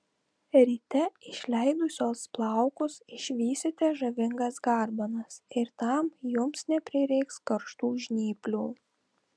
ryte išleidusios plaukus išvysite žavingas garbanas ir tam jums neprireiks karštų žnyplių